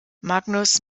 magnus